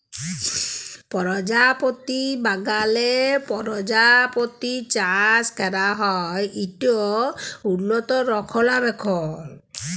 পরজাপতি বাগালে পরজাপতি চাষ ক্যরা হ্যয় ইট উল্লত রখলাবেখল